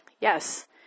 yes